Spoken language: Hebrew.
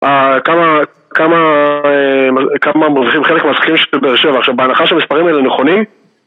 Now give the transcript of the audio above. כמה מרויחים חלק מהשחקנים של באר שבע. עכשיו בהנחה שהמספרים האלה נכונים